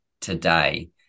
today